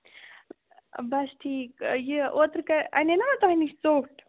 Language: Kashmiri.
بَس ٹھیٖک یہِ اوترٕ کر اَنے نہ تۄہہِ نِش ژوٚٹ